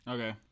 Okay